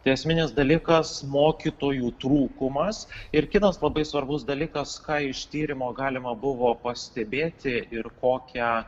tai esminis dalykas mokytojų trūkumas ir kitas labai svarbus dalykas ką iš tyrimo galima buvo pastebėti ir kokią